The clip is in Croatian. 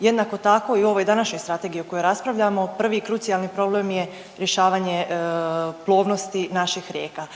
Jednako tako i u ovoj današnjoj strategiji o kojoj raspravljamo prvi i krucijalni problem je rješavanje plovnosti naših rijeka.